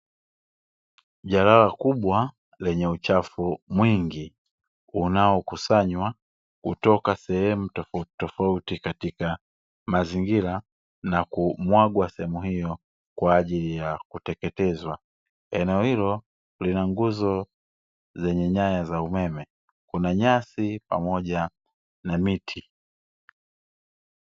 Jalala kubwa lenye uchafu mwingi, unaokusanywa kutoka sehemu tofautitofauti katika mazingira, na kumwagwa sehemu hiyo kwa ajili ya kuteketezwa. Eneo hilo, lina nguzo zenye nyaya za umeme, kuna nyasi pamoja na miti.